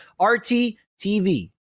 RTTV